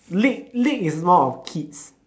league league is more of kids